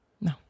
No